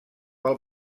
pel